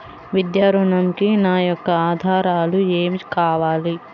విద్యా ఋణంకి నా యొక్క ఆధారాలు ఏమి కావాలి?